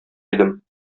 идем